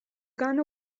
gone